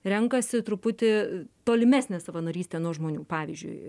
renkasi truputį tolimesnę savanorystę nuo žmonių pavyzdžiui